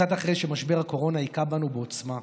קצת אחרי שמשבר הקורונה הכה בנו בעוצמה,